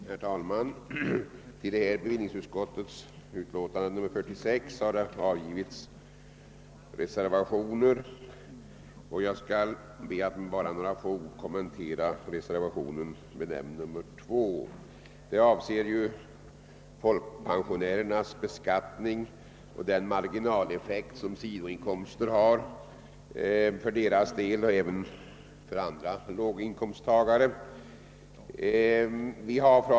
Herr talman! Till bevillningsutskottets betänkande nr 46 har fogats ett par reservationer och jag skall be att med några få ord få kommentera reservationen 2, avseende folkpensionärernas beskattning och sidoinkomsternas marginaleffekt för pensionärernas liksom andra låginkomsttagares del.